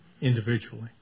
individually